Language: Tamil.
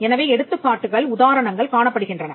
எனவே எடுத்துக்காட்டுகள் உதாரணங்கள் காணப்படுகின்றன